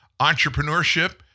Entrepreneurship